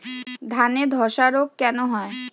ধানে ধসা রোগ কেন হয়?